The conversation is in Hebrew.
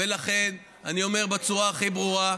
אני אומר בצורה הכי ברורה,